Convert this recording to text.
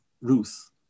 Ruth